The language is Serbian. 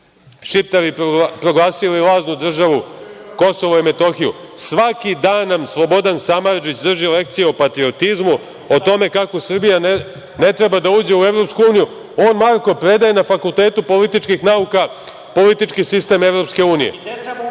Šiptari proglasili lažnu državu KiM. Svaki dan nam Slobodan Samardžić drži lekcije o patriotizmu, o tome kako Srbija ne treba da uđe u EU. On, Marko, predaje na Fakultetu političkih nauka – politički sistem EU, objašnjava